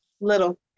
little